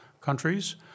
countries